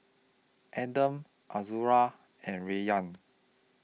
Adam Azura and Rayyan